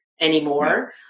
Anymore